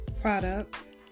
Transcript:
products